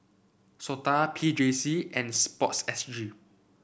SOTA P J C and sports S G